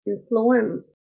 Influence